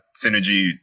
Synergy